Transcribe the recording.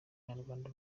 abanyarwanda